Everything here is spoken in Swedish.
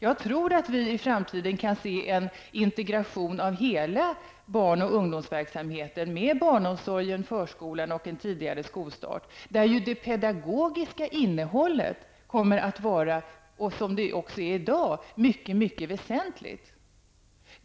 Jag tror att vi i framtiden kan se en integration av hela barn och ungdomsverksamheten med barnomsorgen, förskolan och en tidigare skolstart, där det pedagogiska innehållet kommer att vara mycket väsentligt, precis som det är i dag.